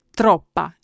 troppa